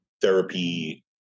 therapy